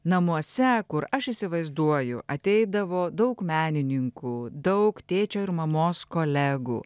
namuose kur aš įsivaizduoju ateidavo daug menininkų daug tėčio ir mamos kolegų